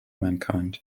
mankind